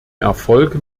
erfolg